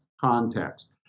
context